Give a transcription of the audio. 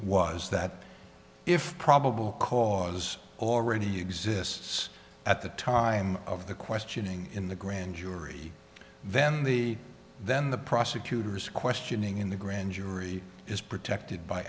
was that if probable cause already exists at the time of the questioning in the grand jury then the then the prosecutor's questioning in the grand jury is protected by